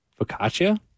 focaccia